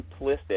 simplistic